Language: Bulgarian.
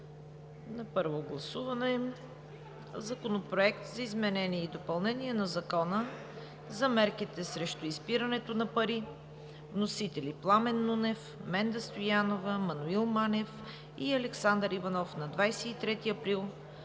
на първо гласуване Законопроекта за изменение и допълнение на Закона за мерките срещу изпирането на пари. Вносители са народните представители Пламен Нунев, Менда Стоянова, Маноил Манев и Александър Иванов на 23 април